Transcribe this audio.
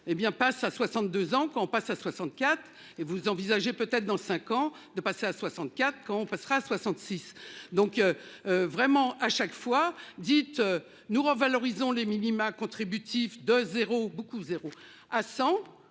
passe à 62 ans qu'on passe à 64 et vous envisagez peut-être dans 5 ans, de passer à 64, on passera 66 donc. Vraiment à chaque fois. Dites nous revalorisons les minima contributif de 0 beaucoup, 0 à 100,